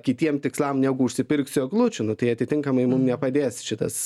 kitiem tikslam negu užsipirksiu eglučių nu tai atitinkamai mum nepadės šitas